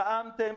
טעמתם,